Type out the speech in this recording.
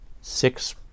six